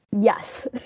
Yes